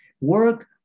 work